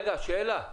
שאלה.